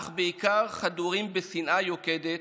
אך בעיקר חדורים בשנאה יוקדת.